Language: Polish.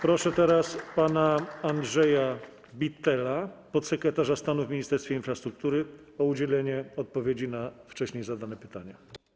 Proszę teraz pana Andrzeja Bittela, sekretarza stanu w Ministerstwie Infrastruktury, o udzielenie odpowiedzi na wcześniej zadane pytanie.